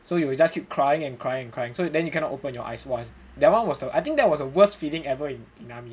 so you will just keep crying and crying and crying so then you cannot open your eyes !wah! that one was the I think that was the worst feeling ever in army